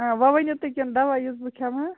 آ وَ ؤنِو تُہۍ کینٛہہ دوا یُس بہٕ کَھٮ۪مہٕ